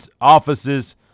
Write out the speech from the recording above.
offices